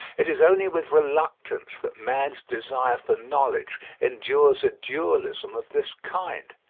it is only with reluctance that man's desire for knowledge endures a dualism of this kind.